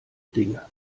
dinge